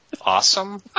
Awesome